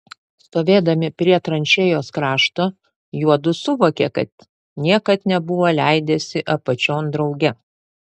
stovėdami prie tranšėjos krašto juodu suvokė kad niekad nebuvo leidęsi apačion drauge